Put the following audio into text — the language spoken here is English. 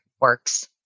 works